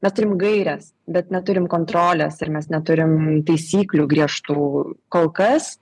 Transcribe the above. mes turim gaires bet neturim kontrolės ir mes neturim taisyklių griežtų kol kas